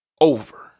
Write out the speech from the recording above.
over